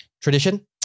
Tradition